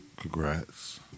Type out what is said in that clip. Congrats